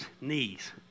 knees